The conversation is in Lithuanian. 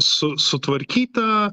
su sutvarkyta